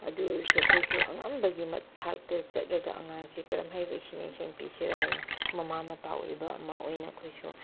ꯑꯗꯨ ꯑꯣꯏꯔꯁꯨ ꯑꯩꯈꯣꯏꯁꯨ ꯑꯉꯝꯕꯒꯤ ꯊꯥꯛꯇ ꯆꯠꯂꯒ ꯑꯉꯥꯡꯁꯦ ꯀꯔꯝꯍꯥꯏꯅ ꯚꯦꯁꯤꯅꯦꯁꯟ ꯄꯤꯁꯤꯔ ꯍꯥꯏꯅ ꯃꯃꯥ ꯃꯄꯥ ꯑꯣꯏꯕ ꯑꯃ ꯑꯣꯏꯅ ꯑꯩꯈꯣꯏꯁꯨ